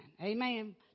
amen